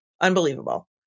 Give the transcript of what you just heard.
Unbelievable